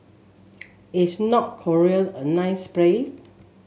is North Korea a nice place